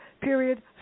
period